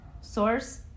Source